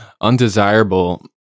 undesirable